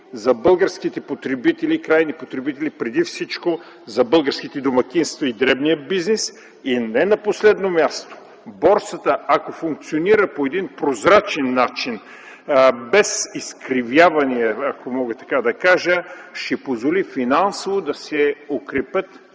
за българските крайни потребители, преди всичко за българските домакинства и дребния бизнес. И не на последно място, борсата, ако функционира по един прозрачен начин, без изкривявания, ако мога така да кажа, ще позволи финансово да се укрепят